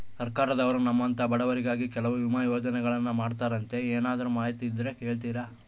ಸರ್ಕಾರದವರು ನಮ್ಮಂಥ ಬಡವರಿಗಾಗಿ ಕೆಲವು ವಿಮಾ ಯೋಜನೆಗಳನ್ನ ಮಾಡ್ತಾರಂತೆ ಏನಾದರೂ ಮಾಹಿತಿ ಇದ್ದರೆ ಹೇಳ್ತೇರಾ?